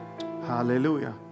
hallelujah